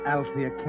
Althea